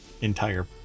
entire